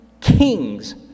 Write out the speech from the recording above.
kings